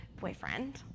boyfriend